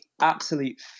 absolute